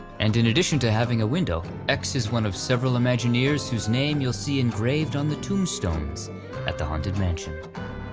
and in addition to having a window, x is one of several imagineers whose name you'll see engraved on the tombstones at the haunted mansion.